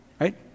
right